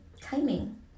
timing